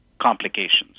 complications